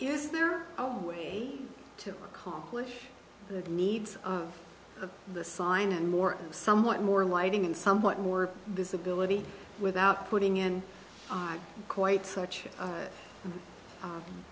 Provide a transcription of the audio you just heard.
is there a way to accomplish the needs of the sign and more somewhat more lighting and somewhat more of this ability without putting in i quite such a